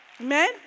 Amen